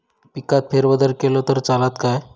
पिकात फेरबदल केलो तर चालत काय?